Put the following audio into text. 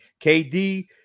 KD